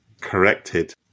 corrected